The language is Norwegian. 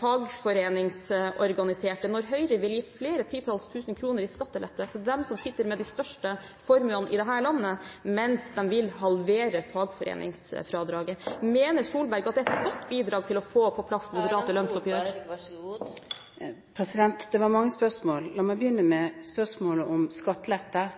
fagforeningsorganiserte mener Høyre det er når Høyre vil gi flere titalls tusen kroner i skattelette til dem som sitter med de største formuene i dette landet, mens de vil halvere fagforeningsfradraget? Mener Solberg at dette er et godt bidrag til å få på plass moderate lønnsoppgjør? Det var mange spørsmål. La meg begynne med spørsmålet om skattelette.